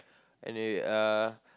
anyway uh